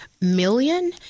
million